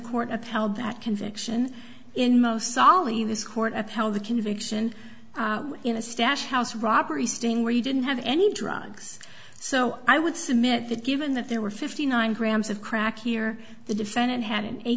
court upheld that conviction in most sollie this court upheld the conviction in a stash house robbery sting where you didn't have any drugs so i would submit that given that there were fifty nine grams of crack here the defendant had an